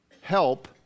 Help